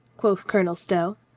quoth colonel stow.